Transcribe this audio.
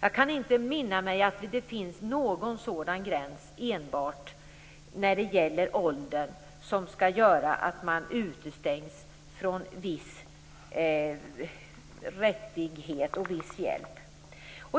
Jag kan inte minna mig att det finns någon sådan gräns enbart när det gäller ålder som skall göra att man utestängs från viss rättighet och viss hjälp. Fru talman!